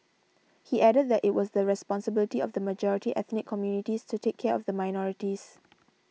he added that it was the responsibility of the majority ethnic communities to take care of the minorities